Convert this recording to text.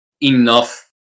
enough